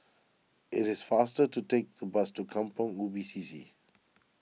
it is faster to take the bus to Kampong Ubi C C